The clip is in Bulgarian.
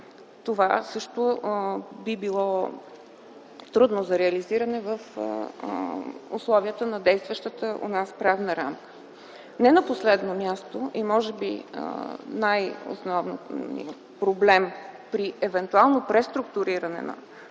Това също би било трудно за реализиране в условията на действащата у нас правна рамка. Не на последно място, може би основният проблем при евентуално преструктуриране на